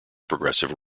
progressive